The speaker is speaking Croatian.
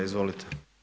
Izvolite.